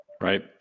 right